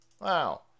Wow